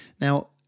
Now